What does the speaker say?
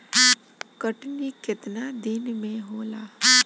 कटनी केतना दिन मे होला?